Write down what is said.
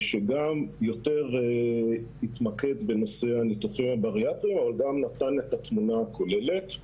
הוא יותר התמקד בנושא הניתוחים הבריאטריים אבל גם נתן את התמונה הכוללת.